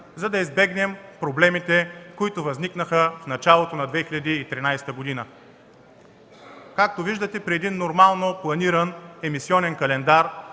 за да избегнем проблемите, които възникнаха в началото на 2013 г. Както виждате, при един нормално планиран емисионен календар,